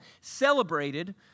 celebrated